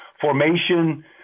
formation